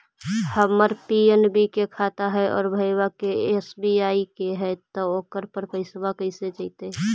हमर पी.एन.बी के खाता है और भईवा के एस.बी.आई के है त ओकर पर पैसबा कैसे जइतै?